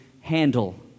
handle